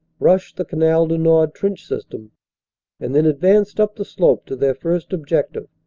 rushed the canal du nord trench system and then advanced up the slope to their first objective,